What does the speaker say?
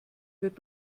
wird